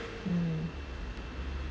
mm